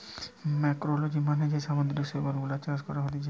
ম্যাক্রোলেগি মানে যে সামুদ্রিক শৈবাল গুলা চাষ করা হতিছে